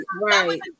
right